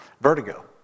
vertigo